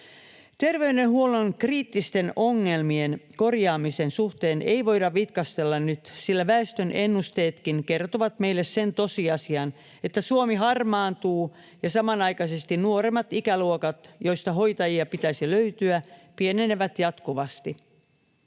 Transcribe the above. Terveydenhuollon kriittisten ongelmien korjaamisen suhteen ei voida vitkastella nyt, sillä väestöennusteetkin kertovat meille sen tosiasian, että Suomi harmaantuu ja samanaikaisesti nuoremmat ikäluokat, joista hoitajia pitäisi löytyä, pienenevät jatkuvasti.